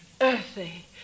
earthy